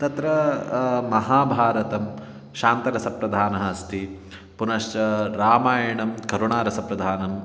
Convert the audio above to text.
तत्र महाभारतं शान्तिरसप्रधानः अस्ति पुनश्च रामायणं करुणारसप्रधानम्